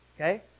okay